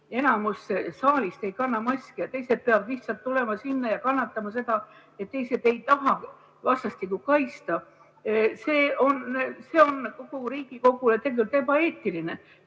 enamus saalist ei kanna maski ja teised peavad lihtsalt tulema sinna ja kannatama seda, et teised ei taha üksteist vastastikku kaitsta. See on kogu Riigikogu poolt ebaeetiline.